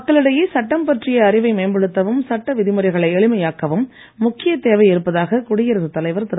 மக்களிடையே சட்டம் பற்றிய அறிவை மேம்படுத்தவும் சட்ட விதிமுறைகளை எளிமையாகவும் முக்கிய தேவை இருப்பதாக குடியரசுத் தலைவர் திரு